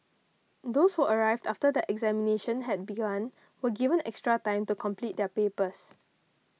those who arrived after that examinations had begun were given extra time to complete their papers